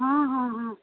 ହଁ ହଁ ହଁ